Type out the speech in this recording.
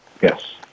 Yes